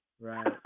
Right